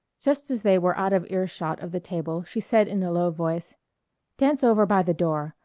just as they were out of ear-shot of the table she said in a low voice dance over by the door.